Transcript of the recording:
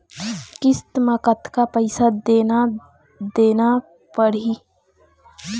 किस्त म कतका पैसा देना देना पड़ही?